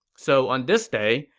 so on this day,